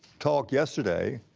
talk yesterday,